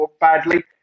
badly